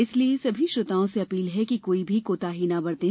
इसलिए सभी श्रोताओं से अपील है कि कोई भी कोताही न बरतें